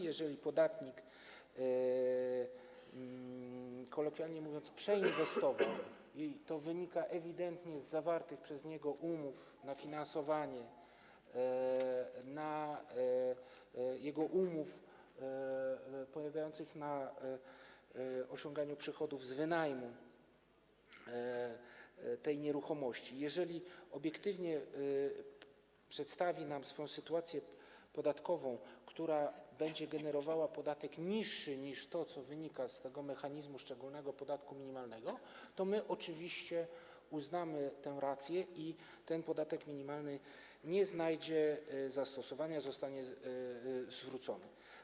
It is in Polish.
Jeżeli podatnik, kolokwialnie mówiąc, przeinwestował i to wynika ewidentnie z zawartych przez niego umów na finansowanie, jego umów polegających na osiąganiu przychodów z wynajmu nieruchomości, jeżeli obiektywnie przedstawi nam swoją sytuację podatkową, która będzie generowała podatek niższy niż to, co wynika z mechanizmu szczególnego podatku minimalnego, to my oczywiście uznamy tę rację i ten podatek minimalny nie znajdzie zastosowania i zostanie zwrócony.